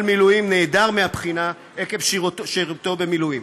מילואים נעדר מהבחינה עקב שירותו במילואים.